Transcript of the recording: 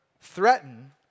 threaten